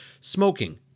smoking